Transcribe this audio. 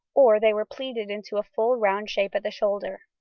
or they were pleated into a full round shape at the shoulder.